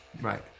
Right